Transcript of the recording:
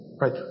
Right